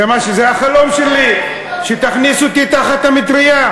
זה מה, זה החלום שלי, שתכניסו אותי תחת המטרייה.